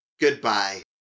Goodbye